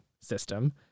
system